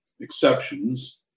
exceptions